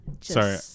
Sorry